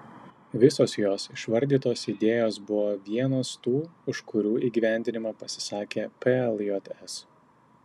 visos jos išvardytos idėjos buvo vienos tų už kurių įgyvendinimą pasisakė pljs